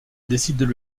décident